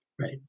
Right